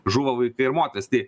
žūva vaikai ir moterys tai